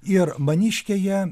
ir maniškėje